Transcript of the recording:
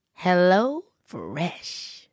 HelloFresh